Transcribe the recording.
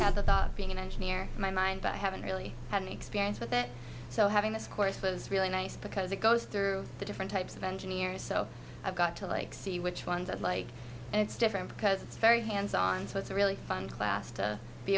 of being an engineer in my mind but i haven't really had any experience with that so having this course has really nice because it goes through the different types of engineering so i've got to like see which ones i'd like and it's different because it's very hands on so it's a really fun class to be